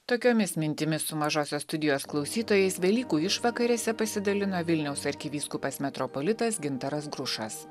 tokiomis mintimis su mažosios studijos klausytojais velykų išvakarėse pasidalino vilniaus arkivyskupas metropolitas gintaras grušas